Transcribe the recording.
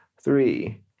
three